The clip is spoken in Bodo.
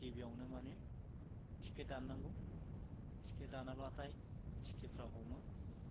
गिबियावनो माने टिकेट दाननांगौ टिकेट दानाब्लाथाय टिटिफ्रा हमो